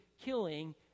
killing